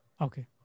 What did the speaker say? Okay